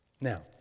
now